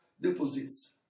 deposits